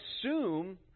assume